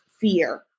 fear